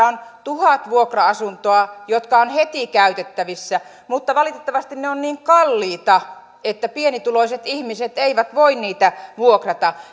on tuhat vuokra asuntoa jotka ovat heti käytettävissä mutta valitettavasti ne ovat niin kalliita että pienituloiset ihmiset eivät voi niitä vuokrata